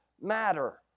matter